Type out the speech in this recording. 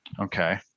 Okay